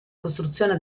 costruzione